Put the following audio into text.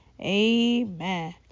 amen